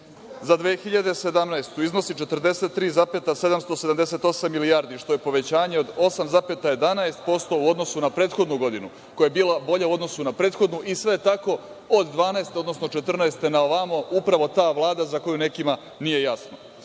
za 2017. godinu iznosi 43,778 milijardi, što je povećanje od 8,11% u odnosu na prethodnu godinu, koja je bila bolja u odnosu na prethodnu i sve tako od 2012. godine, odnosno 2014. godine na ovamo, upravo ta Vlada za koju nekima nije jasno.